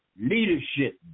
leadership